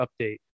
update